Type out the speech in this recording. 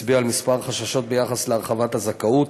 הצביעה על כמה חששות ביחס להרחבת הזכאות